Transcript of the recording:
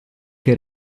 che